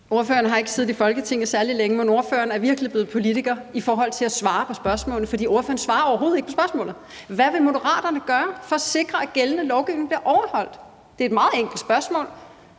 Ordføreren har ikke siddet i Folketinget særlig længe, men ordføreren er virkelig blevet politiker i forhold til at svare på spørgsmål, for ordføreren svarer overhovedet ikke på spørgsmålet. Hvad vil Moderaterne gøre for at sikre, at gældende lovgivning bliver overholdt? Det er et meget enkelt spørgsmål.